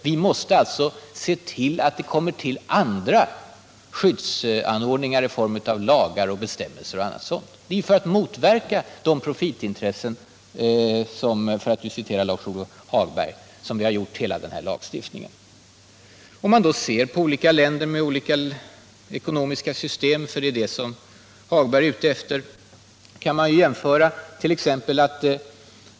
Vi måste alltså se till att få till stånd andra skyddsanordningar i form av lagar och bestämmelser och annat sådant. Det är delvis för att motverka ”profitintressena”, för att citera Nr 39 Lars-Ove Hagberg, som Mi har skapat hela denna lagstiftning; Fredagen den Låt oss då se på några länder med olika ekonomiska system, för det 2 december 1977 är ju det som Lars-Ove Hagberg är ute efter!